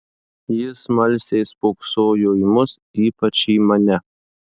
ji smalsiai spoksojo į mus ypač į mane